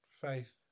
faith